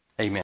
Amen